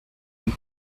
une